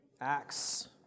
Acts